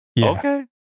Okay